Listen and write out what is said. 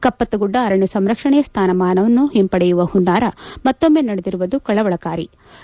ಕಪ್ಪತ್ತಗುಡ್ಡ ಅರಣ್ಯ ಸಂರಕ್ಷಣೆಯ ಸ್ಥಾನಮಾನವನ್ನು ಹಿಂಪಡೆಯುವ ಹುನ್ನಾರ ಮತ್ತೊಮ್ಮೆ ನಡೆದಿರುವುದು ಕಳವಳಕಾಲಿ